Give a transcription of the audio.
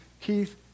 Keith